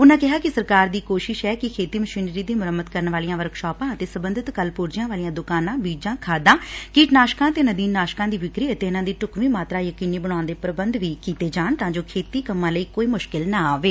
ਉਨਾਂ ਕਿਹਾ ਕਿ ਸਰਕਾਰ ਦੀ ਕੋਸ਼ਿਸ਼ ਹੈ ਕਿ ਖੇਤੀ ਮਸ਼ੀਨਰੀ ਦੀ ਮੁਰੰਮਤ ਕਰਨ ਵਾਲੀਆਂ ਵਰਕਸ਼ਾਪਾਂ ਅਤੇ ਸਬੰਧਤ ਸਪੇਅਰ ਪਾਰਟਸ ਵਾਲੀਆਂ ਦੁਕਾਨਾਂ ਬੀਜਾਂ ਖਾਦਾਂ ਕੀਟਨਾਸ਼ਕਾਂ ਨਦੀਨਨਾਸ਼ਕਾਂ ਦੀ ਵਿਕਰੀ ਅਤੇ ਇਨਾਂ ਦੀ ਢੁਕਵੀ ਮਾਤਰਾ ਯਕੀਨੀ ਬਣਾਉਣ ਦੇ ਪ੍ਬੰਧ ਵੀ ਕੀਤੇ ਜਾਣ ਤਾਂ ਜੋ ਖੇਤੀ ਕੰਮਾਂ ਲਈ ਕੋਈ ਮੁਸ਼ਿਕਲ ਨਾ ਆਵੇ